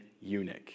eunuch